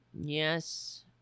Yes